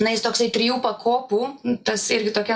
na jis toksai trijų pakopų tas irgi tokia